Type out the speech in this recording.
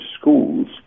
schools